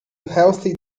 healthy